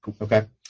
Okay